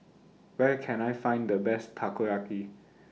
Where Can I Find The Best Takoyaki